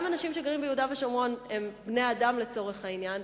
גם אנשים שגרים ביהודה ושומרון הם בני-אדם לצורך העניין,